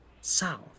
south